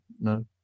no